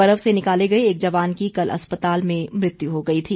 बर्फ से निकाले गए एक जवान की कल अस्पताल में मृत्यु हो गई थी